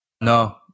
no